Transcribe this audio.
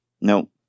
no